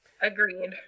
Agreed